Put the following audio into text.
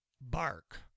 Bark